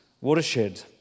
watershed